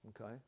okay